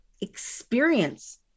experience